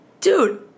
Dude